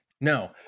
No